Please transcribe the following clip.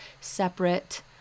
separate